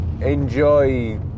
enjoy